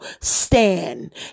stand